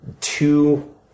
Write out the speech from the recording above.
two